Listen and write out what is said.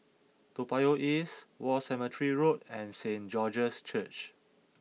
Toa Payoh East War Cemetery Road and Saint George's Church